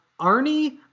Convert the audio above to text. Arnie